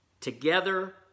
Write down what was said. Together